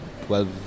12